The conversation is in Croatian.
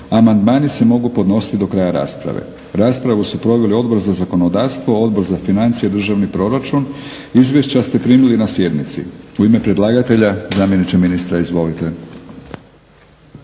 Amandmani se mogu podnositi do kraja rasprave. Raspravu su proveli Odbor za zakonodavstvo, Odbor za financije i državni proračun. Izvješća ste primili na sjednici. U ime predlagatelja zamjeniče ministra. Izvolite.